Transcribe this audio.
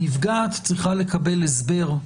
הנפגעת צריכה לקבל הסבר,